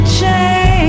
change